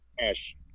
Ash